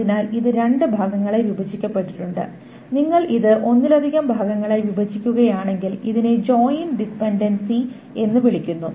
അതിനാൽ ഇത് രണ്ട് ഭാഗങ്ങളായി വിഭജിക്കപ്പെട്ടിട്ടുണ്ട് നിങ്ങൾ ഇത് ഒന്നിലധികം ഭാഗങ്ങളായി വിഭജിക്കുകയാണെങ്കിൽ ഇതിനെ ജോയിൻ ഡിപെൻഡൻസി എന്ന് വിളിക്കുന്നു